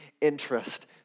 interest